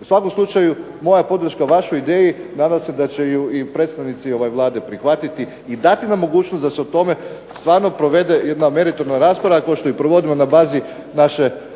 U svakom slučaju moja podrška vašoj ideji nadam se da će i predstavnici Vlade prihvatiti i dati nam mogućnost da se o tome stvarno provede jedna meritorna rasprava kao što je provodimo naše informacije